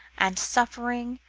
and suffering,